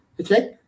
Okay